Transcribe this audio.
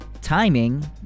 timing